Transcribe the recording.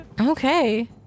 Okay